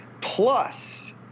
Plus